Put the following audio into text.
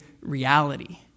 reality